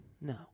No